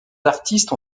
artistes